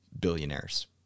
billionaires